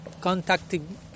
contacting